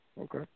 Okay